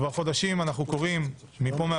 כבר חודשים אנחנו קוראים מכאן,